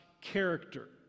character